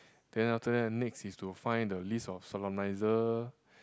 then after that next is to find the list of solemniser